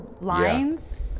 lines